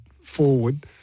forward